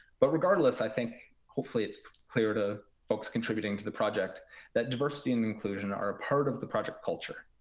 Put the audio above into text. but regardless i think hopefully it's clear to folks contributing to the project that diversity and inclusion are a part of the project culture.